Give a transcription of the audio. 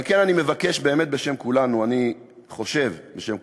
על כן אני מבקש, באמת בשם כולנו,